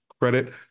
credit